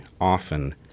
often